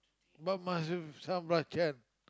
but must have some belacan